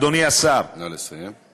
נא לסיים.